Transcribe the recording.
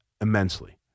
immensely